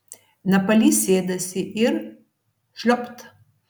napalys sėdasi ir šliopt